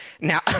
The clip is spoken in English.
Now